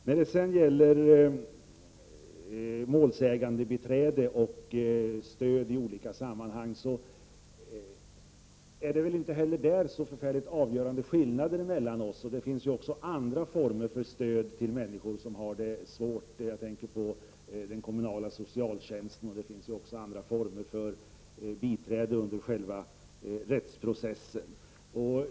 När det gäller målsägandebiträde och andra former av stöd så finns det väl inte heller i den frågan några avgörande skillnader mellan våra uppfattningar. Det finns också andra former av stöd till människor som har det svårt. Jag tänker främst på den kommunala socialtjänsten och andra former av biträde under själva rättsprocessen.